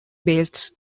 base